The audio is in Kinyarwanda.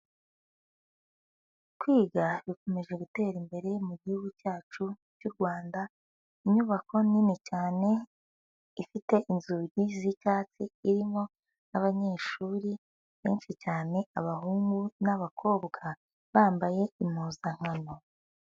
Kwiga bikomeje gutera imbere mu gihugu cyacu cy'u Rwanda, inyubako nini cyane ifite inzugi z'icyatsi, irimo n'abanyeshuri benshi cyane abahungu n'abakobwa, bambaye impuzankano.